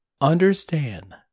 Understand